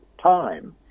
time